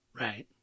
Right